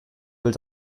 will